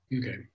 Okay